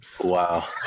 Wow